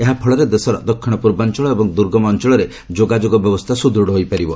ଏହା ଫଳରେ ଦେଶର ଦକ୍ଷିଣ ପୂର୍ବାଞ୍ଚଳ ଏବଂ ଦୁର୍ଗମ ଅଞ୍ଚଳରେ ଯୋଗାଯୋଗ ବ୍ୟବସ୍ଥା ସ୍ତଦୂଢ ହୋଇପାରିବ